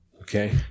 Okay